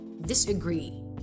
Disagree